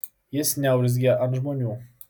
jis neurzgia ant žmonių